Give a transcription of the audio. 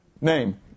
Name